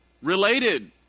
Related